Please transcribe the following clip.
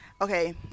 Okay